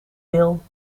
wil